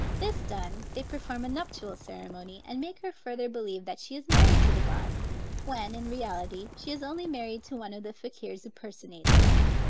this done, they perform a nuptial ceremony, and make her further believe that she is married to the god when, in reality, she is only married to one of the fakiers who personates him.